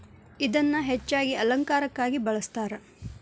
ಇದನ್ನಾ ಹೆಚ್ಚಾಗಿ ಅಲಂಕಾರಕ್ಕಾಗಿ ಬಳ್ಸತಾರ